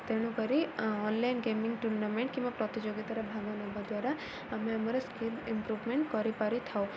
ତେଣୁକରି online gaming tournament କିମ୍ବା ପ୍ରତିଯୋଗୀତା'ରେ ଭାଗ ନେବା ଦ୍ୱାରା ଆମେ ଆମର ସ୍କିଲ୍ ଇମ୍ପ୍ରୁଭମେଣ୍ଟ୍ କରିପାରିଥାଉ